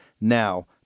now